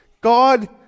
God